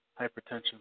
hypertension